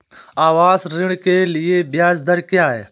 आवास ऋण के लिए ब्याज दर क्या हैं?